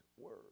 word